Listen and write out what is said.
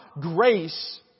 grace